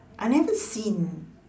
I never seen